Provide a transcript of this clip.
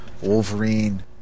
Wolverine